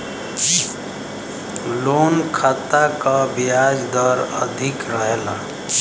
loan खाता क ब्याज दर अधिक रहला